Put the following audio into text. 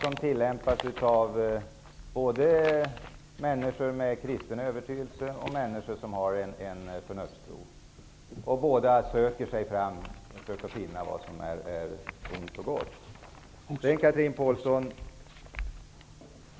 De tillämpas av både människor med kristen övertygelse och människor som har en förnuftstro. Båda söker finna vad som är ont och gott.